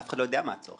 אף אחד לא יודע מה הצורך.